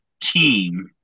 team